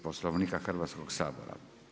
Poslovnika Hrvatskog sabora.